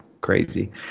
crazy